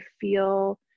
feel